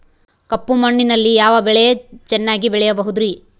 ಕಪ್ಪು ಮಣ್ಣಿನಲ್ಲಿ ಯಾವ ಬೆಳೆ ಚೆನ್ನಾಗಿ ಬೆಳೆಯಬಹುದ್ರಿ?